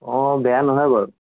অঁ বেয়া নহয় বাৰু